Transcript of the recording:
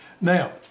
Now